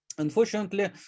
Unfortunately